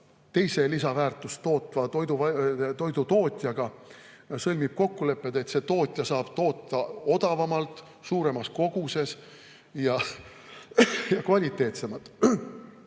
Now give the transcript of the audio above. teise lisaväärtust tootva toidutootjaga sõlmib kokkulepped, et see tootja saab toota odavamalt, suuremas koguses ja kvaliteetsemalt.